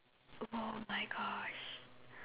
!woah! my gosh